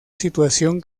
situación